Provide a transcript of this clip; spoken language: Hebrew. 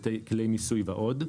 כלי מיסוי ועוד,